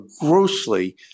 grossly